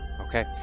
Okay